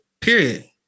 Period